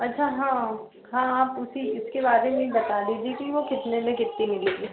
अच्छा हाँ हाँ आप उसी उसके बारे में बता देती कि वह कितने में कितने में मिलेगी